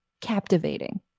captivating